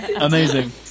amazing